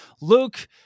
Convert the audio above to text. Luke